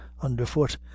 underfoot